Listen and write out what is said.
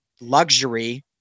luxury